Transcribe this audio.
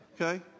Okay